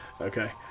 okay